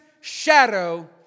shadow